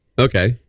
Okay